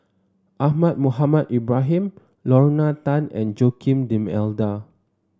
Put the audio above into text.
Ahmad Mohamed Ibrahim Lorna Tan and Joaquim D'Almeida